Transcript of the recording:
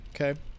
Okay